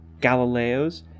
Galileos